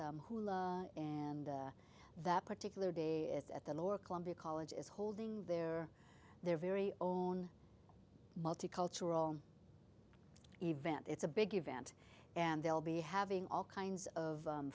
as hula and that particular day at the lower columbia college is holding their their very own multicultural event it's a big event and they'll be having all kinds of